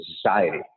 society